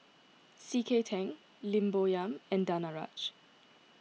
C K Tang Lim Bo Yam and Danaraj